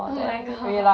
oh my god